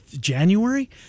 January